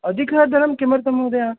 अधिकं धनं किमर्थं महोदय